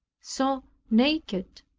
so naked,